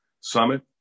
summit